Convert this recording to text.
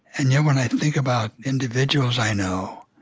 and yet, when i think about individuals i know,